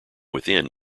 within